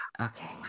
Okay